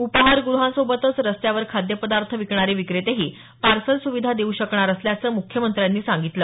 उपाहारगृहांसोबतच रस्त्यावर खाद्यपदार्थ विकणारे विक्रेतेही पार्सल सुविधा देऊ शकणार असल्याचं मुख्यमंत्र्यांनी सांगितलं